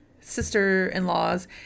sister-in-laws